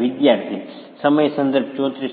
વિદ્યાર્થી